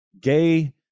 gay